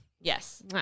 Yes